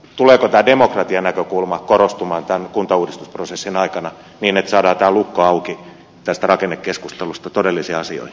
tuleeko tämä demokratianäkökulma korostumaan tämän kuntauudistusprosessin aikana niin että saadaan tämä lukko auki tästä rakennekeskustelusta todellisiin asioihin